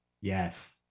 Yes